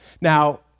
Now